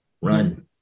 run